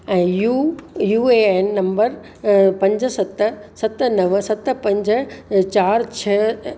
ऐं U U A N number पंज सत सत नव सत पंज चारि छह